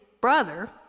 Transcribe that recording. brother